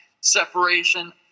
separation